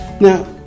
Now